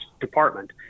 department